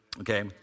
Okay